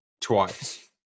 twice